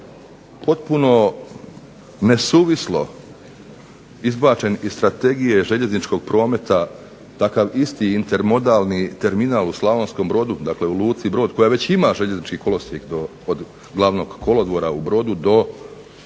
potpuno nesuvislo izbačen iz Strategije željezničkog prometa takav isti intermodalni terminal u Slavonskom Brodu, dakle u Luci Brod koja već ima željeznički kolosijek od Glavnog kolodvora u Brodu do Luke